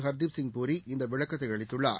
ஹர்தீப்சிய் பூரி இந்த விளக்கத்தை அளித்துள்ளார்